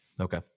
okay